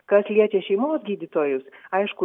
kas liečia šeimos gydytojus aišku